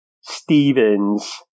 Stevens –